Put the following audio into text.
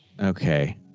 Okay